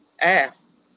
asked